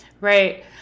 Right